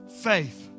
Faith